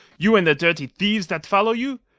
you and the dirty thieves that follow you?